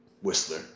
Whistler